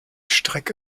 strecke